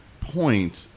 point